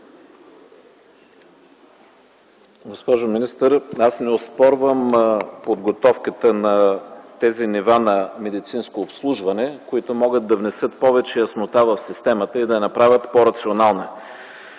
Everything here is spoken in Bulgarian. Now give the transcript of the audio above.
Госпожо министър, не оспорвам подготовката на тези нива на медицинско обслужване, които могат да внесат повече яснота в системата и да я направят по-рационална.